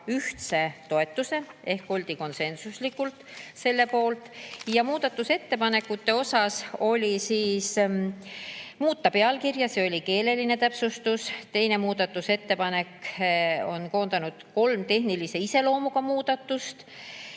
ühtse toetuse ehk oldi konsensuslikult nende poolt. Üks muudatusettepanek nägi ette muuta pealkirja, see oli keeleline täpsustus. Teise muudatusettepanekusse on koondanud kolm tehnilise iseloomuga muudatust.